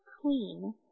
Queen